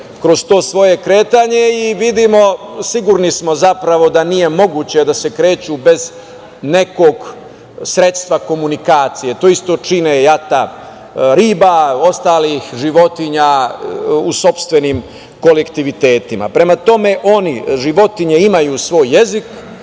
kroz to svoje kretanje i vidimo, sigurni smo, zapravo da nije moguće da se kreću bez nekog sredstva komunikacije. To isto čine jata riba, ostalih životinja u sopstvenim kolektivitetima. Prema tome, životinje imaju svoj jezik.